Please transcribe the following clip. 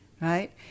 right